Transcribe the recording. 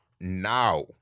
now